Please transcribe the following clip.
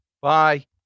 Bye